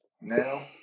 now